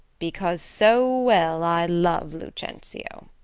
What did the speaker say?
because so well i love lucentio.